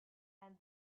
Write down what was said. and